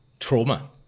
Trauma